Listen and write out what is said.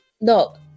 look